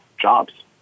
jobs